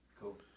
Cool